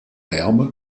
l’herbe